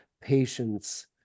patience